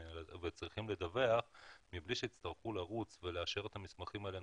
לארץ וצריכים לדווח מבלי שיצטרכו לרוץ ולאשר את המסמכים האלה